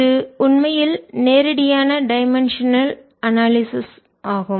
இது உண்மையில் நேரடியான டைமென்ஷனல் அனாலிசிஸ் பரிமாண பகுப்பாய்வு ஆகும்